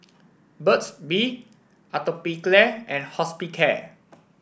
Burt's Bee Atopiclair and Hospicare